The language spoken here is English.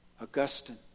Augustine